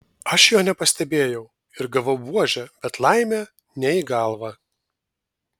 aš jo nepastebėjau ir gavau buože bet laimė ne į galvą